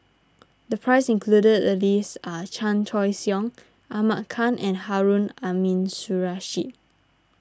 the price included the list are Chan Choy Siong Ahmad Khan and Harun Aminurrashid